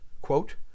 quote